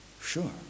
Sure